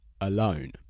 alone